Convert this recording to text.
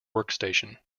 workstation